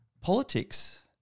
politics